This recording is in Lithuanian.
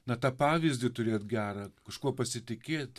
na tą pavyzdį turėt gerą kažkuo pasitikėt